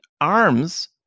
arms